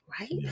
right